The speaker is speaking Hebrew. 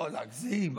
לא להגזים.